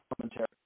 commentary